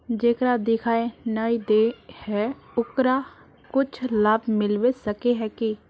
जेकरा दिखाय नय दे है ओकरा कुछ लाभ मिलबे सके है की?